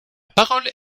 parole